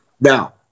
Now